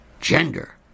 Gender